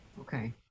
okay